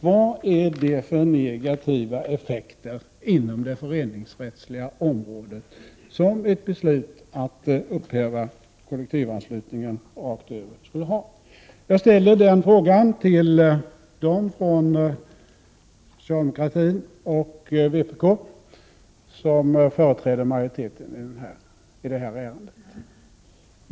Vad är det för negativa effekter inom det föreningsrättsliga området som ett beslut att upphäva kollektivanslutningen rakt över skulle ha? Jag ställer den frågan till de ledamöter från socialdemokraterna och vpk som företräder majoriteten i detta ärende.